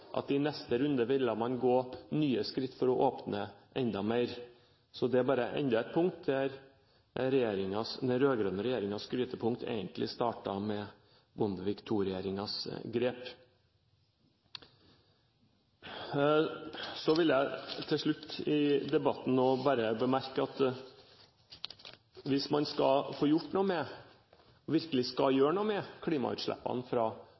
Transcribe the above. at man i neste runde ville ta nye skritt for å åpne enda mer. Så det er bare enda et punkt der den rød-grønne regjeringens skryteliste egentlig startet med Bondevik II-regjeringens grep. Så vil jeg til slutt i debatten bare bemerke at hvis man virkelig skal få gjort noe med klimautslippene fra norsk sokkel, er kraftforsyningen et vesentlig element, og kraft fra